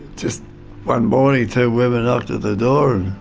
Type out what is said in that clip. just one morning two women knocked at the door